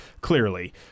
clearly